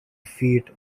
feet